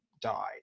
died